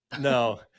No